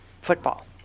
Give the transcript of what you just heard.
football